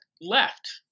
left